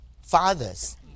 fathers